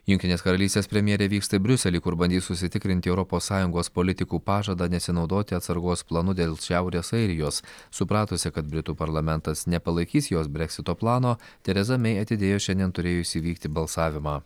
jungtinės karalystės premjerė vyksta į briuselį kur bandys užsitikrinti europos sąjungos politikų pažadą nesinaudoti atsargos planu dėl šiaurės airijos supratusi kad britų parlamentas nepalaikys jos breksito plano tereza mey atidėjo šiandien turėjusį įvykti balsavimą